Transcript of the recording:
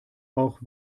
auch